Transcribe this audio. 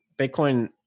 Bitcoin